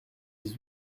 dix